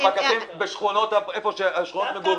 הפקחים בשכונות המגורים,